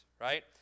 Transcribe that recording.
right